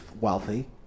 wealthy